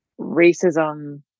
racism